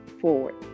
forward